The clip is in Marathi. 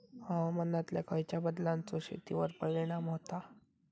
हवामानातल्या खयच्या बदलांचो शेतीवर परिणाम होता?